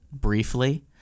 briefly